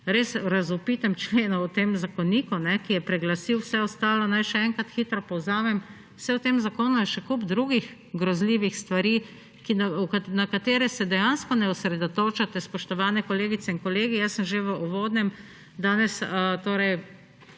res razvpitem členu v tem zakoniku, ki je preglasil vse ostalo. Naj še enkrat hitro povzamem, saj v tem zakonu je še kup drugih grozljivih stvari, na katere se dejansko ne osredotočate, spoštovane kolegice in kolegi. Jaz sem danes že v uvodnem stališču